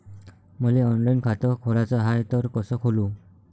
मले ऑनलाईन खातं खोलाचं हाय तर कस खोलू?